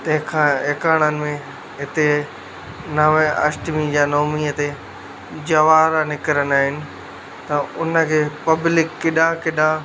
तंहिंखां एकाणनि में हिते नव अष्टमीअ या नोमीअ ते जवार निकिरंदा आहिनि त उनखे पब्लिक केॾांहुं केॾांहुं